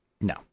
No